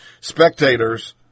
spectators